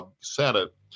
senate